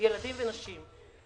ילדים ונשים.